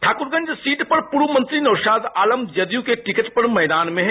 Thakurganj seat पर पूर्व मंत्री नौशाद आलम जदयू के टिकट पर मैदान में हैं